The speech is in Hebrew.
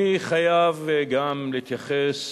אני חייב גם להתייחס